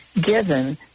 given